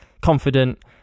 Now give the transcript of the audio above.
confident